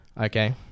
Okay